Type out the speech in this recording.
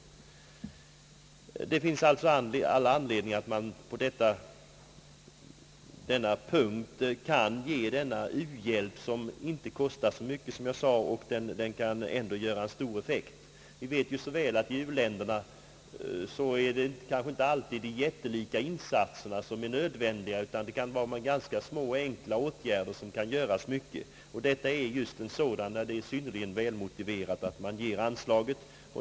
Det finns alltså all anledning att på denna punkt ge denna hjälp, som inte kostar så mycket men ändå har stor effekt. Vi vet ju så väl att i u-länderna är det inte alltid jättelika insatser som ger bäst utdelning, utan sådan kan uppnås med ganska enkla åtgärder. Detta är just en sådan, där det är synnerligen välmotiverat att ge anslag.